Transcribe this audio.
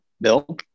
Bill